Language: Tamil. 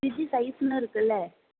ஃப்ரிட்ஜு சைஸ்ஸுன்னு இருக்கில்ல